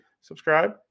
Subscribe